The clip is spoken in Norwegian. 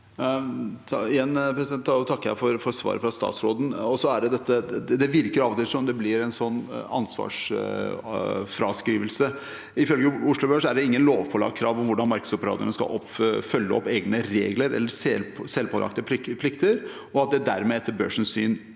jeg for svaret fra statsråden. Det virker av og til som om det blir en ansvarsfraskrivelse. Ifølge Oslo Børs er det ikke noe lovpålagt krav om hvordan markedsoperatørene skal følge opp egne regler eller selvpålagte plikter, og at det dermed etter børsens syn